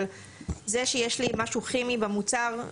אבל זה שיש לי משהו כימי במוצר,